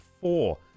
four